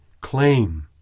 claim